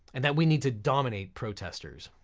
and that we need to dominate protesters,